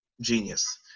genius